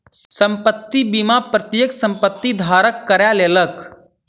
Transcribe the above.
संपत्ति बीमा प्रत्येक संपत्ति धारक करा लेलक